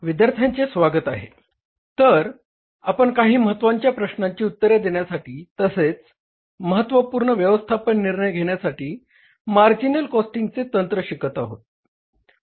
विद्यार्थ्यांचे स्वागत आहे तर आपण काही महत्वाच्या प्रश्नांची उत्तरे देण्यासाठी तसेच महत्त्वपूर्ण व्यवस्थापन निर्णय घेण्यासाठी मार्जिनल कॉस्टिंगचे तंत्र शिकत आहोत